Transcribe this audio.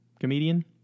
comedian